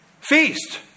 feast